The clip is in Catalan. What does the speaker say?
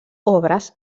obres